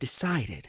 decided